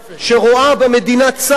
שרואה במדינה צד,